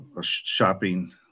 shopping